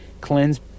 cleanse